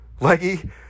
Leggy